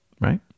right